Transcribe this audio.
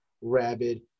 rabid